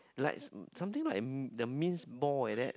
like something like the minced ball like that